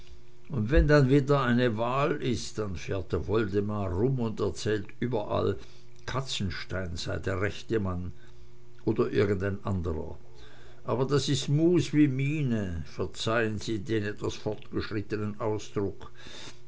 und wenn dann wieder eine wahl ist dann fährt der woldemar rum und erzählt überall katzenstein sei der rechte mann oder irgendein andrer aber das ist mus wie mine verzeihen sie den etwas fortgeschrittenen ausdruck